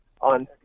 on